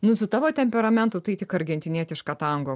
nu su tavo temperamentu tai tik argentinietišką tango